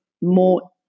more